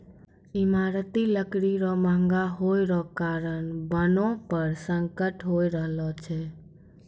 ईमारती लकड़ी रो महगा होय रो कारण वनो पर संकट होय रहलो छै